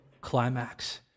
climax